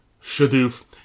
Shadoof